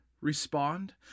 respond